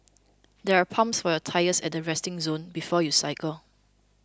there are pumps for your tyres at the resting zone before you cycle